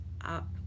up